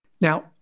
Now